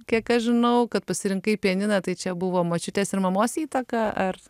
kiek aš žinau kad pasirinkai pianiną tai čia buvo močiutės ir mamos įtaka ar